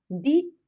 di